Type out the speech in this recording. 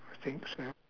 I think so